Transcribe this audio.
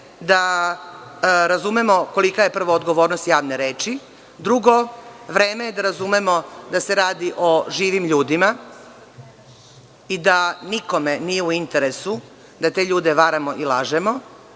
da razumemo kolika je odgovornost javne reči, drugo, vreme je da razumemo da se radi o živim ljudima i da nikome nije u interesu da te ljude varamo i lažemo